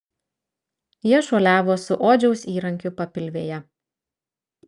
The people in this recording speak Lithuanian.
jie šuoliavo su odžiaus įrankiu papilvėje